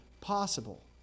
possible